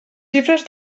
xifres